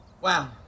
Wow